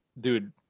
dude